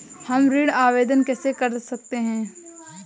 हम ऋण आवेदन कैसे कर सकते हैं?